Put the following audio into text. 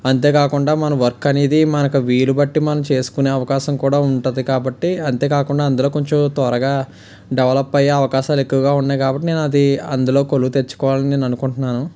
అంతేకాకుండా మనం వర్క్ అనేది మనకి వీలు బట్టి మనం చేసుకొనే అవకాశం కూడా ఉంటుంది కాబట్టి అంతేకాకుండా అందులో కొంచెం త్వరగా డవలప్ అయ్యే అవకాశాలు ఎక్కువగా ఉన్నాయి కాబట్టి నేను అది అందులో కొలువు తెచ్చుకోవాలి నేను అనుకుంటున్నాను